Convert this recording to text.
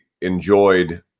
enjoyed